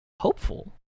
hopeful